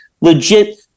legit